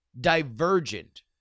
divergent